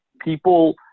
people